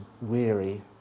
weary